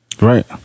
Right